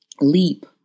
leap